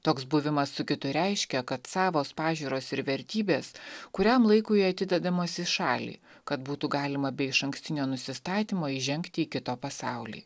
toks buvimas su kitu reiškia kad savos pažiūros ir vertybės kuriam laikui atidedamos į šalį kad būtų galima be išankstinio nusistatymo įžengti į kito pasaulį